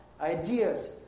ideas